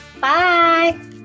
Bye